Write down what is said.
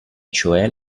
cioè